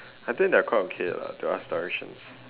I think they're quite okay lah to ask directions